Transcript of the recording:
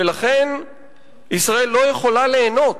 ולכן ישראל לא יכולה ליהנות